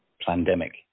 pandemic